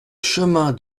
chemin